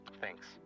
Thanks